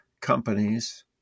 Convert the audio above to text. companies